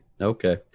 Okay